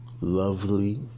lovely